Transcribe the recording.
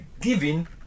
giving